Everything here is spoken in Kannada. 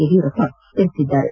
ಯಡಿಯೂರಪ್ಪ ತಿಳಿಸಿದ್ದಾರೆ